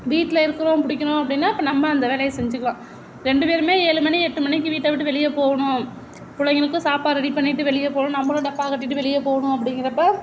வீட்டில் இருக்குறோம் பிடிக்கிணும் அப்படினா நம்ம அந்த வேலையை செஞ்சுக்கலாம் ரெண்டு பேருமே ஏழு மணி எட்டு மணிக்கு வீட்டை விட்டு வெளியே போகணும் பிள்ளைங்களுக்கு சாப்பாடு ரெடி பண்ணிட்டு வெளியில் போகணும் நம்மளும் டப்பா கட்டிகிட்டு வெளியே போகணும் அப்படிங்கிறப்ப